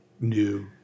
new